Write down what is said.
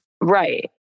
Right